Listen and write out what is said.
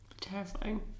Terrifying